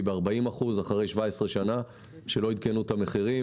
ב-40% אחרי 17 שנה שלא עדכנו את המחירים.